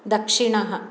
दक्षिणः